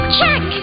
Check